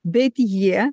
bet jie